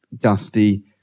dusty